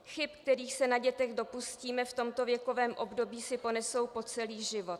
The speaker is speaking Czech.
Chyby, kterých se na dětech dopustíme v tomto věkovém období, si ponesou po celý život.